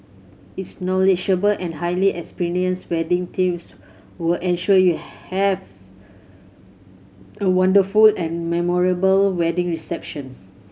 its knowledgeable and highly experienced wedding teams will ensure you have a wonderful and memorable wedding reception